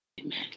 Amen